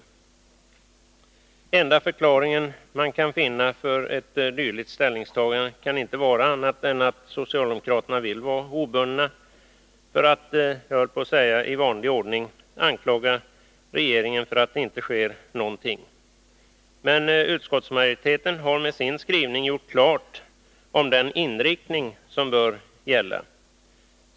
Den enda förklaring man kan finna till ett dylikt ställningstagande är att socialdemokraterna vill vara obundna för att — i vanlig ordning, höll jag på att säga — anklaga regeringen för att det inte sker någonting. Men utskottsmajoriteten har med sin skrivning klargjort vilken inriktning som bör gälla.